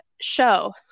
show